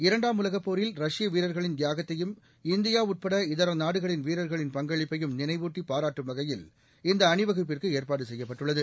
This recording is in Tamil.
இரண்டாம் உலகப் போரில் ரஷ்ய வீரர்களின் தியாகத்தையும் இந்தியா உட்பட இதர நாடுகளின் வீரர்களின் பங்களிப்பையும் நினைவூட்டிப் பாராட்டும் வகையில் இந்த அணிவகுப்பிற்கு ஏற்பாடு செய்யப்பட்டுள்ளது